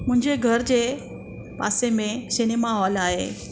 मुंहिंजे घर जे पासे में सिनेमा हॉल आहे